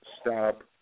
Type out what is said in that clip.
stop